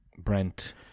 brent